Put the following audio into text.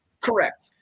Correct